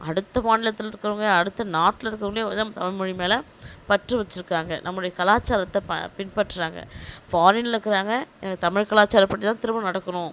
அடுத்த மாநிலத்தில் இருக்கிறவங்க அடுத்த நாட்டில் இருக்கிறவங்களே தமிழ்மொழி மேல் பற்று வச்சுருக்காங்க நம்பளோடைய கலாச்சாரத்தை ப பின்பற்றுறாங்க ஃபாரினில் இருக்கிறாங்க எனக்கு தமிழ் கலாச்சாரம் படிதான் திருமணம் நடக்கணும்